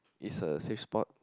is a safe spot